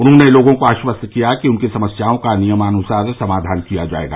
उन्होंने लोगों को आश्वस्त किया कि उनको समस्याओं का नियमानुसार समाधान किया जायेगा